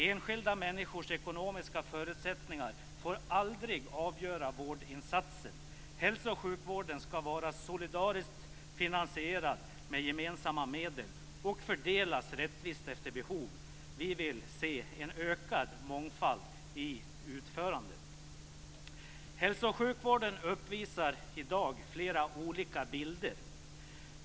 Enskilda människors ekonomiska förutsättningar får aldrig avgöra vårdinsatsen. Hälso och sjukvården skall finansieras solidariskt med gemensamma medel och fördelas rättvist efter behov. Vi vill se en ökad mångfald i utförandet. Hälso och sjukvården uppvisar i dag flera olika bilder.